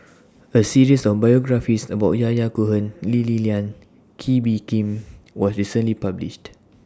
A series of biographies about Yahya Cohen Lee Li Lian Kee Bee Khim was recently published